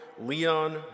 Leon